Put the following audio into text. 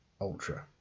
ultra